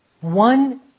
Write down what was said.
One